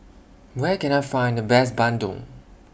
Where Can I Find The Best Bandung